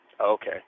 Okay